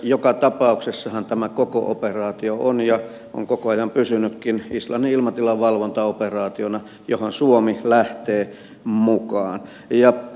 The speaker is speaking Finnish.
joka tapauksessahan tämä koko operaatio on islannin ilmatilan valvontaoperaatio johon suomi lähtee mukaan ja on sellaisena koko ajan pysynytkin